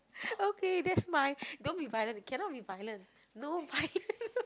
okay that's mine don't be violent you cannot be violent no violent